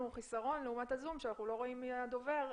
חסרון לעומת הזום שאנחנו לא רואים מי הדובר,